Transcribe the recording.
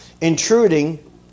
intruding